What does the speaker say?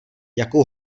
jakou